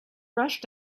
rush